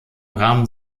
rahmen